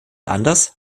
anders